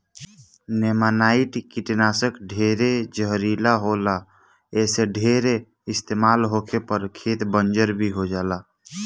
नेमानाइट कीटनाशक ढेरे जहरीला होला ऐसे ढेर इस्तमाल होखे पर खेत बंजर भी हो जाला